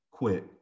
quit